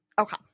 Okay